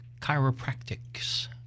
chiropractics